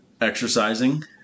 exercising